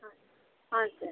ಹಾಂ ಹಾಂ ಸರ್